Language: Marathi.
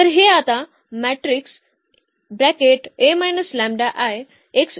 तर हे आता मॅट्रिक्स आहे